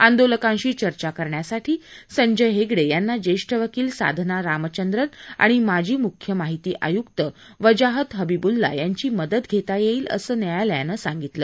आंदोलकांशी चर्चा करण्यासाठी संजय हेगडे यांना ज्येष्ठ वकील साधना रामचंद्रम आणि माजी मुख्य माहिती आयुक वजाहत हबिबुल्ला यांची मदत घेता येईल असंही न्यायालयानं सांगितलं